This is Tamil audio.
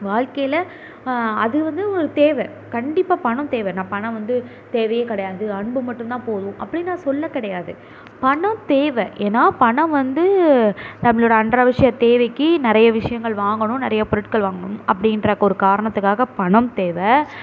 வாழ்க்கையில அது வந்து ஒரு தேவை கண்டிப்பாக பணம் தேவை நான் பணம் வந்து தேவையே கிடையாது அன்பு மட்டுந்தான் போதும் அப்படின்னு நான் சொல்லக் கிடையாது பணம் தேவை ஏன்னா பணம் வந்து நம்மளோடய அன்றாட அவசியத் தேவைக்கு நிறைய விஷயங்கள் வாங்கணும் நிறைய பொருட்கள் வாங்கணும் அப்டின்றதுக்கு ஒரு காரணத்துக்காக பணம் தேவை